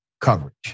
coverage